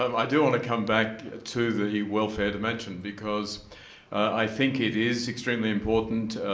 um i do wanna come back to the welfare dimension, because i think it is extremely important,